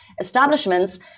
Establishments